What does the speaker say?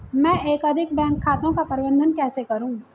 मैं एकाधिक बैंक खातों का प्रबंधन कैसे करूँ?